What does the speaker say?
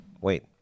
Wait